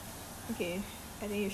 ya what time